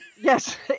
Yes